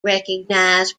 recognize